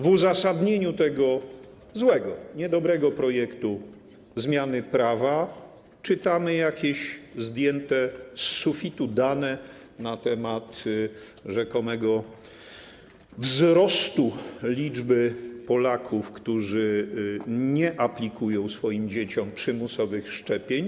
W uzasadnieniu tego złego, niedobrego projektu zmiany prawa czytamy jakieś wzięte z sufitu dane na temat rzekomego wzrostu liczby Polaków, którzy nie aplikują swoim dzieciom przymusowych szczepień.